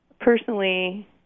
Personally